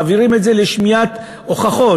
מעבירים את זה לשמיעת הוכחות,